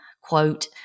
quote